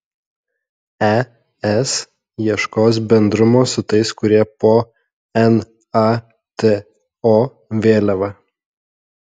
es ieškos bendrumo su tais kurie po nato vėliava